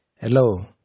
Hello